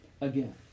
again